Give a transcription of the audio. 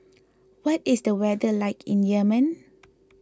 what is the weather like in Yemen